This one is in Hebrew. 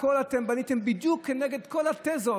הכול אתם בניתם בדיוק כנגד כל התזות,